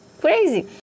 crazy